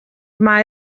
mae